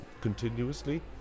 continuously